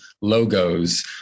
logos